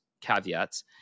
caveats